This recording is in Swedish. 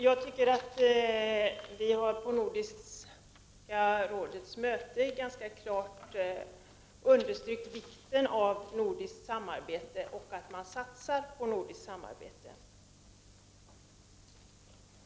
Vi har på Nordiska rådets möten enligt min mening ganska klart understrukit vikten av ett nordiskt samarbete och att man satsar på ett sådant.